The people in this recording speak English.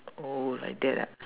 oh like that ah